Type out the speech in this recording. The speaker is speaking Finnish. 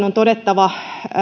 on todettava